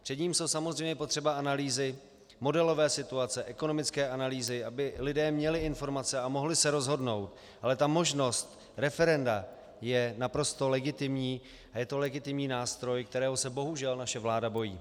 Před ním jsou samozřejmě potřeba analýzy, modelové situace, ekonomické analýzy, aby lidé měli informace a mohli se rozhodnout, ale ta možnost referenda je naprosto legitimní a je to legitimní nástroj, kterého se bohužel naše vláda bojí.